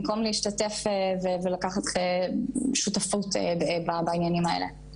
במקום להשתתף ולקחת שותפות בעניינים האלה.